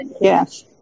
Yes